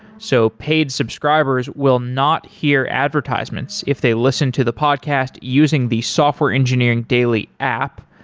so paid subscribers will not hear advertisements if they listen to the podcast using the software engineering daily app.